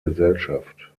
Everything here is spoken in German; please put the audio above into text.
gesellschaft